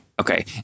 Okay